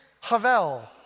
Havel